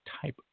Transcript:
type